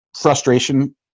Frustration